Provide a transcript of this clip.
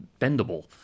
bendable